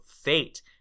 fate